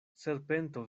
serpento